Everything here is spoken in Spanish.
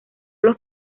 los